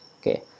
okay